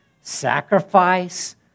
sacrifice